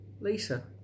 Lisa